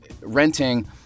renting